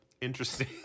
Interesting